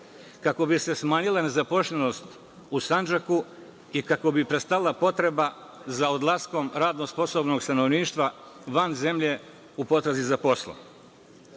kako bi se smanjila nezaposlenost u Sandžaku i kako bi prestala potreba za odlaskom radno sposobnog stanovništva van zemlje u potrazi za poslom?